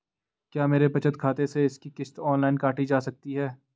क्या मेरे बचत खाते से इसकी किश्त ऑनलाइन काटी जा सकती है?